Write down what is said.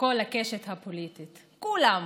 מכל הקשת הפוליטית, כולם.